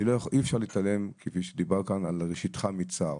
אי אפשר להתעלם, כפי שדובר כאן על ראשיתך מצער.